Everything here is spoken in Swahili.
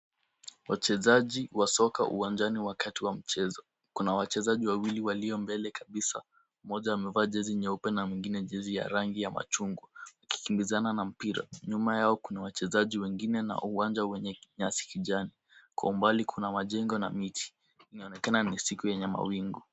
Wachezaji wa soka uwanjani wakati wa mchezo kuna wachezaji wawili walio mbele kabisa, mmoja amevaa jezi nyeupe na mwingine jezi ya rangi ya machungwa wakikimbizana na mpira. Nyuma yao kuna wachezaji wengine na uwanja wenye nyasi kijani. Kwa umbali kuna majengo na miti inaonekana ni siku yenye mawingu.